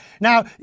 Now